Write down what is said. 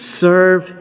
serve